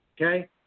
Okay